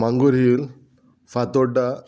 मांगुर Hill Fatorda